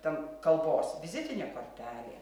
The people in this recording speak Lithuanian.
ten kalbos vizitinė kortelė